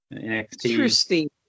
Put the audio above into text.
Interesting